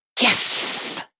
Yes